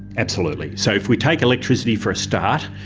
absolutely. so if we take electricity for a start,